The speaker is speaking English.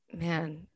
Man